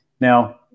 Now